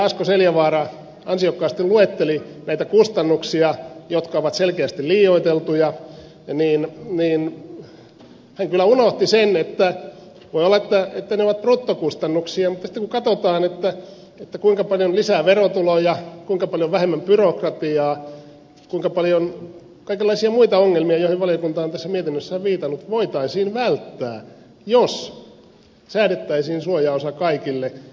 asko seljavaara ansiokkaasti luetteli näitä kustannuksia jotka ovat selkeästi liioiteltuja hän kyllä unohti sen voi olla että ne ovat bruttokustannuksia kun katsotaan kuinka paljon lisää verotuloja kuinka paljon vähemmän byrokratiaa kuinka paljon kaikenlaisia muita ongelmia joihin valiokunta on tässä mietinnössään viitannut voitaisiin välttää jos säädettäisiin suojaosa kaikille